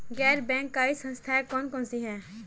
गैर बैंककारी संस्थाएँ कौन कौन सी हैं?